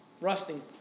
Rusting